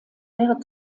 wäre